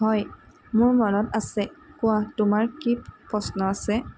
হয় মোৰ মনত আছে কোৱা তোমাৰ কি প্ৰশ্ন আছে